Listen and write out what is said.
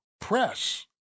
press